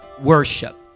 worship